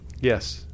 Yes